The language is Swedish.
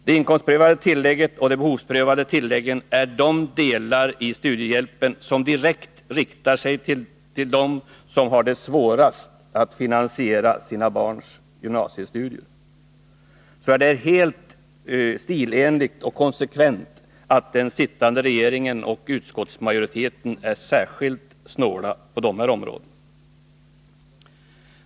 Det inkomstprövade tillägget och det behovsprövade tillägget är de delar av studiehjälpen som direkt riktar sig till dem som har det svårast att finansiera sina barns gymnasiestudier, så det är helt stilenligt och konsekvent att den sittande regeringen och utskottsmajoriteten är särskilt snåla på dessa områden.